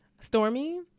Stormy